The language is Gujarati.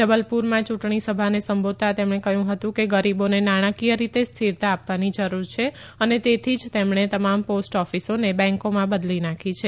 જબલપુરમાં યુંટણી સભાને સંબોધતા તેમણે કહયું હતું કે ગરીબોને નાણાંકીય રીતે સ્થિરતા આપવાની જરૂર છે અને તેથી જ તેમણે તમામ પોસ્ટ ઓફીસોને બેકોમાં બદલી નાંખી છે